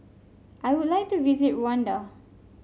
I would like to visit Rwanda